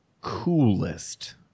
coolest